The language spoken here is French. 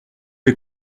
les